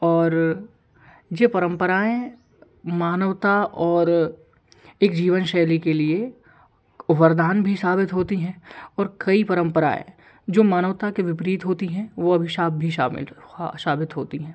और ये परम्पराएँ मानवता और एक जीवनशैली के लिए वरदान भी साबित होती हैं और कई परम्पराएँ जो मानवता के विपरीत होती हैं वे अभिशाप भी शाबित हं साबित होती हैं